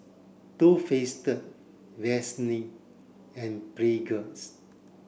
Too Faced Vaseline and Pringles